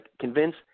convince